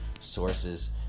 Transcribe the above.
sources